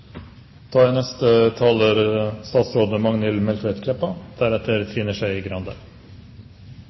Da er neste replikant representanten Trine Skei Grande.